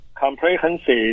comprehensive